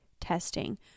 testing